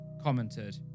commented